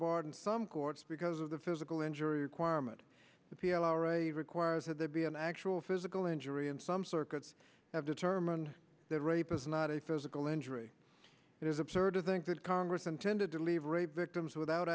in some courts because of the physical injury requirement the p l o or a requires had to be an actual physical injury and some circuits have determined that rape is not a physical injury it is absurd to think that congress intended to leave rape victims without